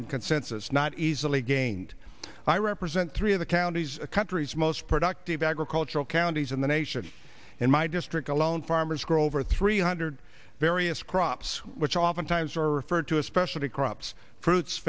and consensus not easily gained i represent three of the counties a country's most productive agricultural counties in the nation in my district alone farmers grow over three hundred various crops which oftentimes are referred to a specialty crops fruits